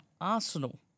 Arsenal